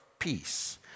peace